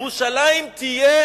ירושלים תהיה"